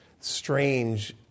strange